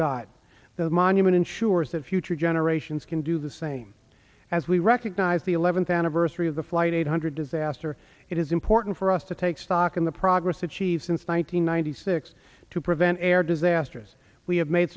died the monument ensures that future generations can do the same as we recognize the eleventh anniversary of the flight eight hundred disaster it is important for us to take stock in the progress achieved since one thousand nine hundred six to prevent air disasters we have made